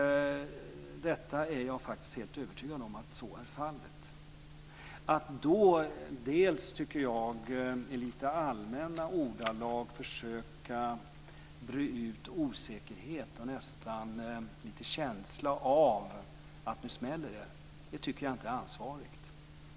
Jag är faktiskt helt övertygad om att så är fallet. Jag tycker inte att det är ansvarigt att i allmänna ordalag försöka bre ut en osäkerhet och nästan en känsla av att det ska smälla. Det är det ena som jag vill säga.